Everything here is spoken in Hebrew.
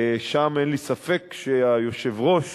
שם אין לי ספק שהיושב-ראש